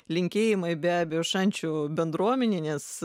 linkėjimai be abejo šančių bendruomenei nes